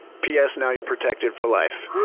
p s. now you're protected for life.